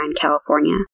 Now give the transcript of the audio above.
California